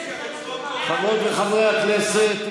חברות וחברי הכנסת,